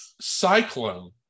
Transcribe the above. Cyclone